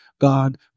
God